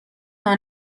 نوع